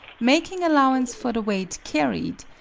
making allowance for the weight carried,